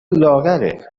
لاغره